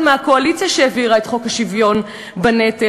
מהקואליציה שהעבירה את חוק השוויון בנטל,